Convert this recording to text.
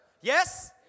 Yes